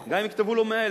גם אם יכתבו לו 100,000,